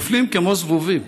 נופלים כמו זבובים.